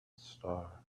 star